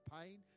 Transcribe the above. pain